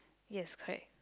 yes correct